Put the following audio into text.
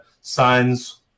signs